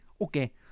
okay